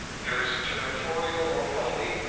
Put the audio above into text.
there is a territorial nobility,